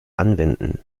anwenden